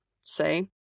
say